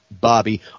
Bobby